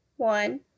One